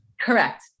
Correct